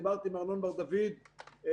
דיברתי עם ארנון בר דוד מההסתדרות,